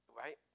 right